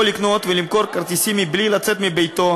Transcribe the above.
לקנות ולמכור כרטיסים מבלי לצאת מביתו,